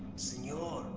senor,